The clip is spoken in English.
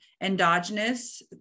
endogenous